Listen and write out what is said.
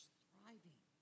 thriving